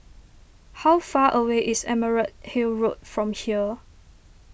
how far away is Emerald Hill Road from here